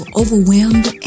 overwhelmed